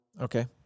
Okay